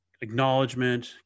acknowledgement